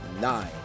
nine